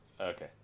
Okay